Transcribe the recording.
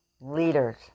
leaders